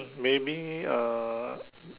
maybe uh